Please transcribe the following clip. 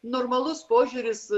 normalus požiūris